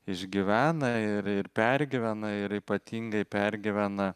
išgyvena ir ir pergyvena ir ypatingai pergyvena